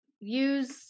use